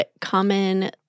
common